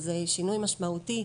שזה שינוי משמעותי.